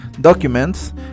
documents